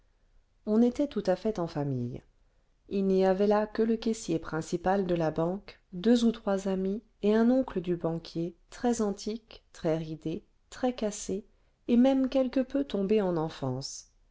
on était tout à fait en famille il n'y avait là que le caissier principal de la banque deux ou trois amis et un oncle du banquier très antique très ridé très cassé et même quelque peu tombé en enfance